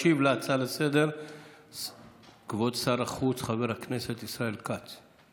ישיב על ההצעה לסדר-היום כבוד שר החוץ חבר הכנסת ישראל כץ.